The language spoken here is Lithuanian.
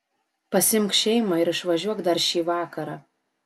pasiimk šeimą ir išvažiuok dar šį vakarą